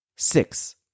Six